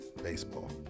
baseball